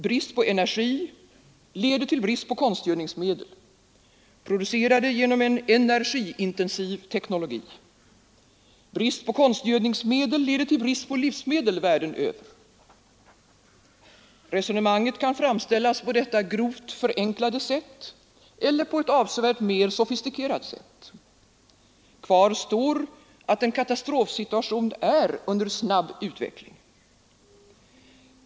Brist på energi leder till brist på konstgödningsmedel, producerade genom en energiintensiv teknologi. Brist på konstgödningsmedel leder till brist på livsmedel världen över. Resonemanget kan framställas på detta grovt förenklade sätt eller på ett avsevärt mer sofistikerat sätt. Kvar står att en katastrofsituation är under snabb utveckling.